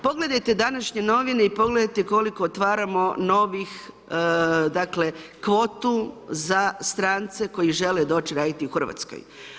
Pogledajte današnje novine i pogledajte koliko otvaramo novih, dakle kvotu za strance koji žele doći raditi u Hrvatskoj.